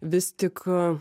vis tik